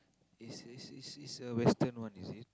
is is is is a western one is it